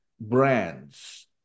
brands